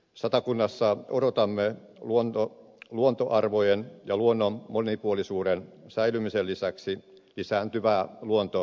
satakunnassa odotamme luontoarvojen ja luonnon monipuolisuuden säilymisen lisäksi lisääntyvää luontoturismia